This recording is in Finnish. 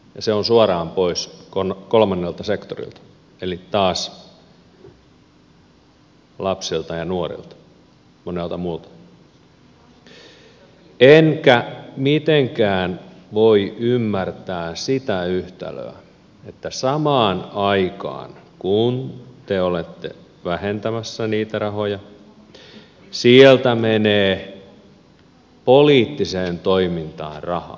se on suoraan pois kolmannelta sektorilta eli taas lapsilta ja nuorilta ja monelta muulta enkä mitenkään voi ymmärtää sitä yhtälöä että samaan aikaan kun te olette vähentämässä niitä rahoja sieltä menee poliittiseen toimintaan rahaa